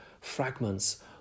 fragments